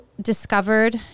discovered